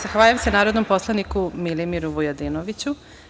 Zahvaljujem se narodnom poslaniku Milimiru Vujadinoviću.